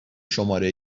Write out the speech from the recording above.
شماره